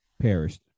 perished